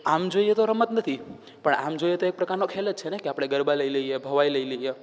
આમ જોઈએ તો રમત નથી પણ આમ જોઈએ તો એક પ્રકારનો ખેલ જ છેને કે આપણે ગરબા લઈ લઈએ ભવાઈ લઈ લઈએ